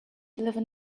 deliver